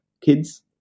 kids